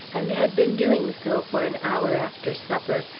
and had been doing so for an hour after supper,